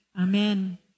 Amen